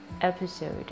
episode